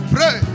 Pray